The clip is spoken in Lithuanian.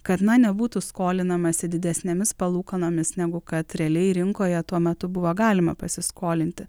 kad na nebūtų skolinamasi didesnėmis palūkanomis negu kad realiai rinkoje tuo metu buvo galima pasiskolinti